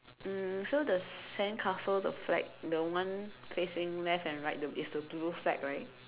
um so the sandcastle the flag the one facing left and right the is the blue flag right